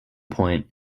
point